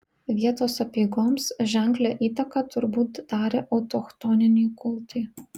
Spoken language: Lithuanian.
vietos apeigoms ženklią įtaką turbūt darė autochtoniniai kultai